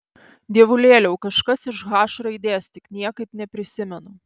dievulėliau kažkas iš h raidės tik niekaip neprisimenu